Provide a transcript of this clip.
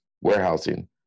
warehousing